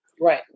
right